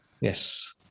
Yes